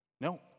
No